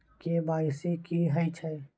KYC की हय छै?